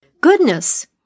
Goodness